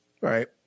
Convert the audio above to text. right